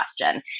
question